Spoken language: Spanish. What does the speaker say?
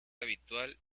habitual